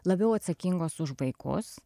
labiau atsakingos už vaikus